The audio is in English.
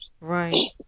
Right